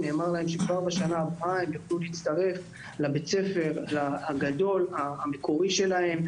נאמר להם שכבר בשנה הבאה הם יוכלו להצטרף לבית הספר הגדול והמקורי שלהם.